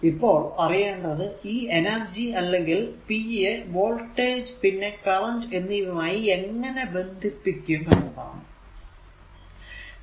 ഇപ്പോൾ അറിയേണ്ടത് ഈ എനർജി അല്ലെങ്കിൽ p യെ വോൾടേജ് പിന്നെ കറന്റ് എന്നിവയുമായി എങ്ങനെ ബന്ധിപ്പിക്കും എന്നതാണ്